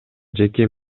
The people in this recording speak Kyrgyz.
жеке